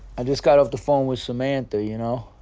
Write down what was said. i just got off the phone with samantha you know